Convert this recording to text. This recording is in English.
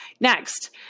Next